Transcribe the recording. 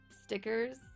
stickers